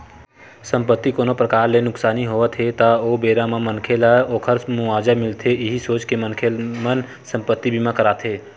संपत्ति कोनो परकार ले नुकसानी होवत हे ता ओ बेरा म मनखे ल ओखर मुवाजा मिलथे इहीं सोच के मनखे मन संपत्ति बीमा कराथे